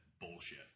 bullshit